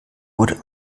wurde